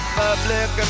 public